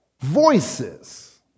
voices